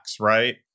right